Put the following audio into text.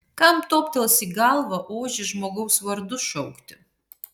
kam toptels į galvą ožį žmogaus vardu šaukti